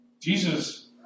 Jesus